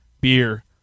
beer